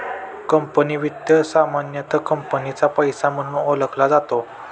company वित्त सामान्यतः कंपनीचा पैसा म्हणून ओळखला जातो